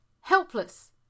helpless